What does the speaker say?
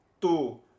two